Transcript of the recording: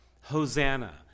hosanna